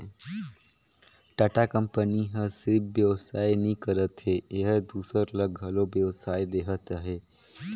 Tata company ह सिरिफ बेवसाय नी करत हे एहर दूसर ल घलो बेवसाय देहत हे